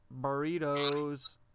burritos